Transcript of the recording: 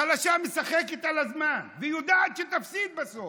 החלשה משחקת על הזמן ויודעת שתפסיד בסוף,